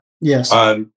Yes